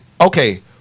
Okay